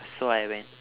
so I went